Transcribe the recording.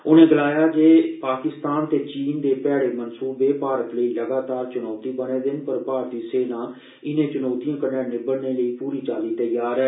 उन्ने गलाया जे पाकिस्तान ते चीन दे भैड़े मनसूबे भारत लेई लगातार चुनौती बने दे न पर भारतीय फौज इनें चुनौतियें कन्नै निबड़ने लेई पूरी चाली त्यार ऐ